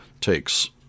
takes